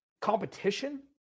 competition